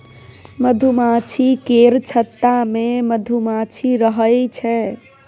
मधुमाछी केर छत्ता मे मधुमाछी रहइ छै